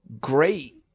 great